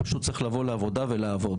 פשוט צריך לבוא לעבודה ולעבוד.